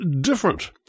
different